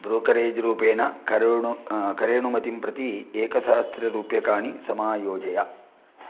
brokerage रूपेण करोणु करेणुमतिं प्रति एकसहस्र रूप्यकाणि समायोजय